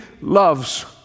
loves